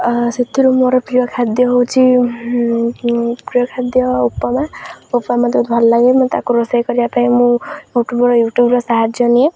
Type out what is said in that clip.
ସେଥିରୁ ମୋର ପ୍ରିୟ ଖାଦ୍ୟ ହେଉଛି ପ୍ରିୟ ଖାଦ୍ୟ ଉପମା ଉପମା ମୋତେ ଭଲ ଲାଗେ ମୁଁ ତାକୁ ରୋଷେଇ କରିବା ପାଇଁ ମୁଁ ୟୁଟ୍ୟୁବ୍ର ୟୁଟ୍ୟୁବ୍ର ସାହାଯ୍ୟ ନିଏ